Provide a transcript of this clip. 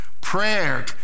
Prayer